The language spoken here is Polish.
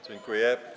Dziękuję.